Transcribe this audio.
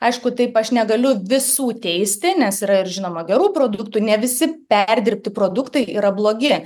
aišku taip aš negaliu visų teisti nes yra ir žinoma gerų produktų ne visi perdirbti produktai yra blogi